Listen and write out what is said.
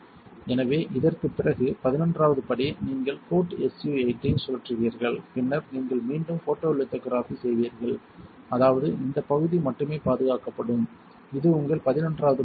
எனவே இதற்குப் பிறகு பதினொன்றாவது படி நீங்கள் கோட் SU 8 ஐ சுழற்றுவீர்கள் பின்னர் நீங்கள் மீண்டும் ஃபோட்டோலித்தோகிராஃபி செய்வீர்கள் அதாவது இந்த பகுதி மட்டுமே பாதுகாக்கப்படும் இது உங்கள் பதினொன்றாவது படியாகும்